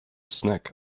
snack